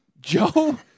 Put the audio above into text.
Joe